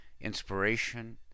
inspiration